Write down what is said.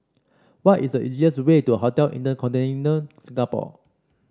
what is the easiest way to Hotel InterContinental Singapore